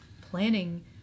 planning